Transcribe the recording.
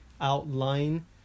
outline